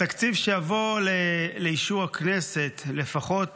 התקציב שיבוא לאישור הכנסת, לפחות